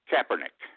Kaepernick